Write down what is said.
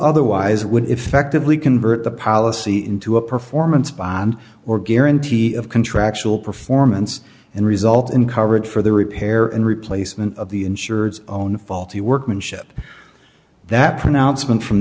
otherwise would effectively convert the policy into a performance bond or guarantee of contractual performance and result in coverage for the repair and replacement of the insureds own faulty workmanship that pronouncement from